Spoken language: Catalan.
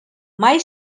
mai